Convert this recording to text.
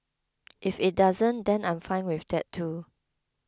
if it doesn't then I'm fine with that too